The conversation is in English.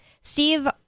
Steve